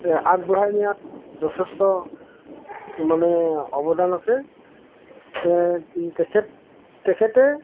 আগবঢ়াই নিয়াত যথেষ্ট মানে অৱদান আছে তে তেখেত তেখেতে